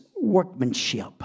workmanship